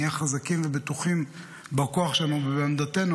נהיה חזקים ובטוחים בכוח שלנו ובעמדתנו,